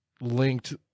linked